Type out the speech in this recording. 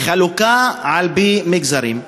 בחלוקה על-פי מגזרים,